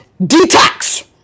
detox